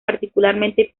particularmente